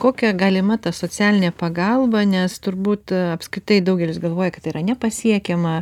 kokia galima ta socialinė pagalba nes turbūt apskritai daugelis galvoja kad tai yra nepasiekiama